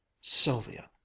sylvia